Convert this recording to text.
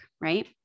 right